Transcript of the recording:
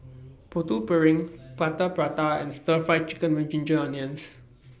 Putu Piring Plaster Prata and Stir Fried Chicken with Ginger Onions